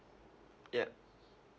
yup